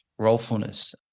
rolefulness